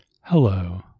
Hello